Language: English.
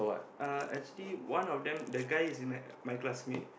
uh actually one of them the guy is in my my classmate